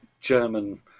German